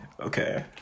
okay